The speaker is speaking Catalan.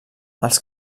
els